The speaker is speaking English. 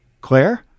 Claire